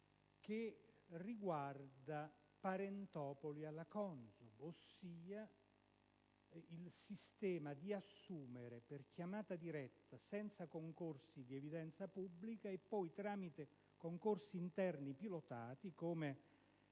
che riguarda "parentopoli" alla CONSOB, ossia il sistema di assumere persone per chiamata diretta senza concorsi di evidenza pubblica e che poi, tramite concorsi interni pilotati, come